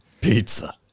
pizza